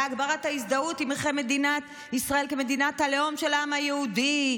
להגברת ההזדהות עם ערכי מדינת ישראל כמדינת הלאום של העם היהודי,